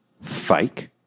fake